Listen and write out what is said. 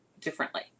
differently